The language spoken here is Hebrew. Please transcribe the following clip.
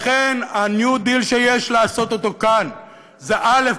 לכן, ה-new deal שיש לעשות אותו כאן זה: א.